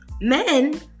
men